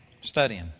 studying